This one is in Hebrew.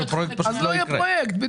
אז לא יהיה פרויקט.